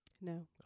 No